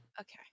Okay